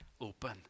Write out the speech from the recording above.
open